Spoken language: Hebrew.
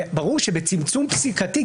וברור שבצמצום פסיקתי,